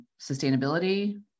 sustainability